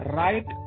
right